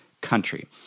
country